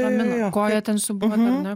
ramina koją ten siūbuot ar ne